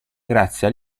grazie